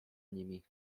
nimi